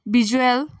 visual